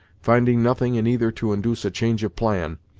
finding nothing in either to induce a change of plan,